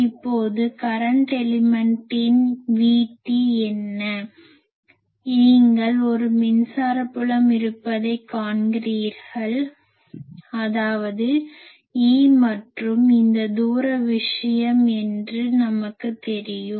இப்போது கரன்ட் எலிமென்ட்டின் VT என்ன நீங்கள் ஒரு மின்சார புலம் இருப்பதைக் காண்கிறீர்கள் அதாவது E மற்றும் இந்த தூரம் விஷயம் என்று நமக்கு தெரியும்